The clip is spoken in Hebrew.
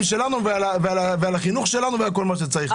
שלנו ועל החינוך שלנו ועל כל מה שצריך,